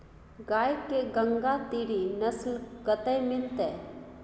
गाय के गंगातीरी नस्ल कतय मिलतै?